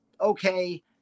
okay